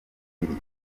ibiri